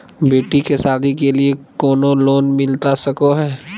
बेटी के सादी के लिए कोनो लोन मिलता सको है?